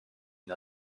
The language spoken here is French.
une